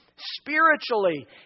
spiritually